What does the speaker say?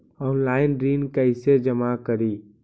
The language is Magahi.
ऑनलाइन ऋण कैसे जमा करी?